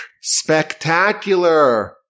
spectacular